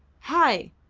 hai!